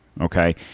Okay